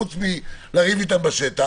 חוץ מאשר לריב אתם בשטח,